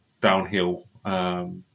downhill